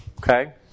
Okay